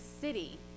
city